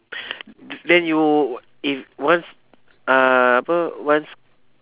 then you if once uh apa once